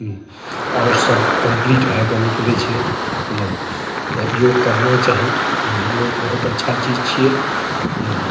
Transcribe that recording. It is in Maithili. आओर सब कंप्लीट भएके निकलय छै नहि तऽ योग करना चाही योग बहुत अच्छा चीज छियै नहि नहि